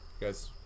Guys